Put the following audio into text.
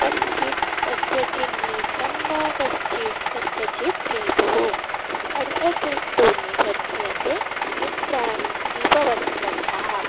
कश्चित् कस्यचिन्मित्रं न कश्चित् कस्यचित् रिपुः अर्थतस्तु निबध्यते मित्राणि रिपवस्तथा